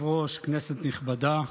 כנסת נכבדה,